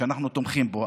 שאנחנו תומכים בו,